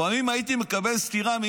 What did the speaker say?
לפעמים כשבכיתי כילד,